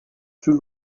plus